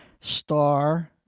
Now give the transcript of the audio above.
star